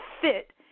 fit